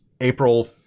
april